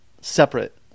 separate